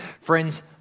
Friends